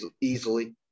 Easily